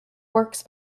works